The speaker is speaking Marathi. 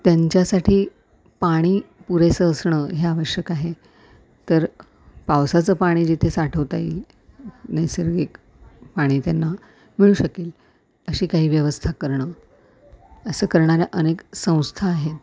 त्यांच्यासाठी पाणी पुरेसं असणं हे आवश्यक आहे तर पावसाचं पाणी जिथे साठवता येईल नैसर्गिक पाणी त्यांना मिळू शकेल अशी काही व्यवस्था करणं असं करणाऱ्या अनेक संस्था आहेत